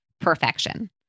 perfection